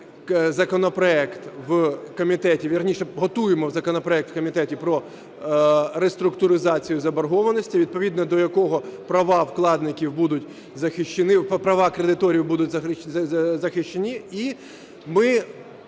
законопроект у комітеті про реструктуризацію заборгованості, відповідно до якого права вкладників будуть захищені,